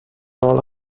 all